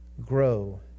grow